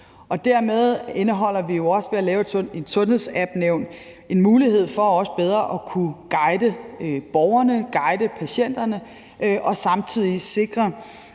Dermed indeholder det, at vi laver et sundhedsappnævn, en mulighed for også bedre at kunne guide borgerne, guide patienterne og samtidig sikre,